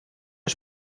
das